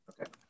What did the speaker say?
Okay